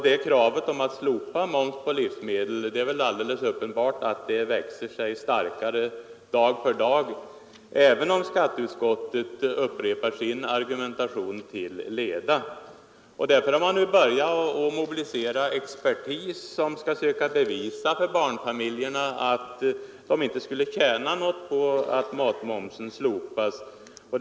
Det är väl alldeles uppenbart att kravet på att slopa moms på livsmedel växer sig starkare dag för dag även om skatteutskottet upprepar sin argumentation till leda. Därför har man nu börjat mobilisera expertis, som skall söka bevisa för barnfamiljerna att de inte skulle tjäna någonting på att momsen slopades på livsmedel.